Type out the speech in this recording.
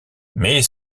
mais